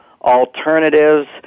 alternatives